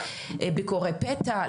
ביקורי פתע,